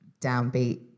downbeat